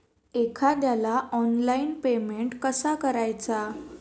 एखाद्याला online payment कसा करायचा?